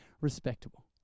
respectable